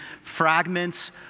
fragments